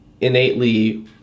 innately